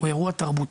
הוא אירוע תרבותי.